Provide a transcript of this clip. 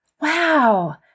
wow